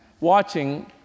watching